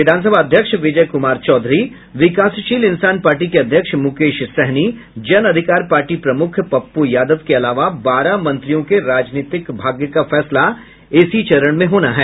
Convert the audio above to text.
विधानसभा अध्यक्ष विजय कुमार चौधरी विकासशील इंसान पार्टी के अध्यक्ष मुकेश सहनी जन अधिकार पार्टी प्रमुख पप्पू यादव के अलावा बारह मंत्रियों के राजनैतिक भाग्य का फैसला इस चरण में होना है